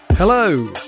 Hello